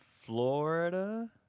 Florida